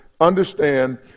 understand